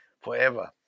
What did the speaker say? forever